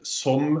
som